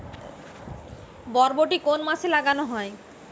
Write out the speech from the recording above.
বরবটি কোন মাসে লাগানো হয়?